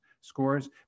scores